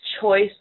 choice